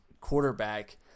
quarterback